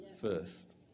first